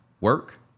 work